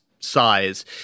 size